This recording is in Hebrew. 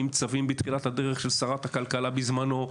עם צווים בתחילת הדרך של שרת הכלכלה בזמנו.